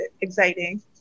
exciting